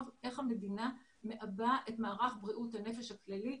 איך המדינה מעבה את מערך בריאות הנפש הכללי,